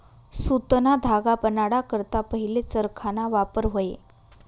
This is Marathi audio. सुतना धागा बनाडा करता पहिले चरखाना वापर व्हये